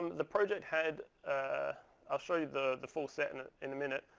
the project had ah i'll show you the the full set and in a minute,